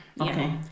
Okay